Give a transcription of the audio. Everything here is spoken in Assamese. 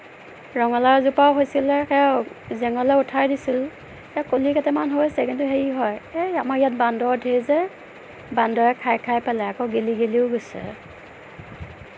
ৰঙালাও এজোপাও হৈছিলে সেইয়াও জেঙলৈ উঠাই দিছিল কলি কেইটামান হৈছে কিন্তু হেৰি হয় এই আমাৰ ইয়াত বান্দৰ ধেৰ যে বান্দৰে খাই খাই পেলায় আক গেলি গেলিও গৈছে